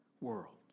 world